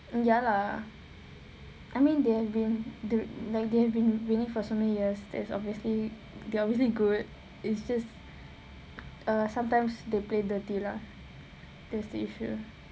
ya lah I mean they've been like they have been winning for so many years then is obviously they are really good it's just err sometimes they play dirty lah there's the issue